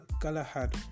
galahad